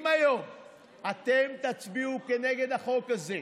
אם היום אתם תצביעו כנגד החוק הזה,